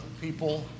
people